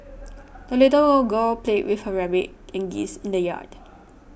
the little girl played with her rabbit and geese in the yard